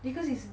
because it's